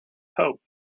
hope